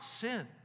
sin